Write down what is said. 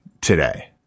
today